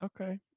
okay